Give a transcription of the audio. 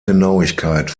genauigkeit